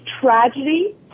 tragedy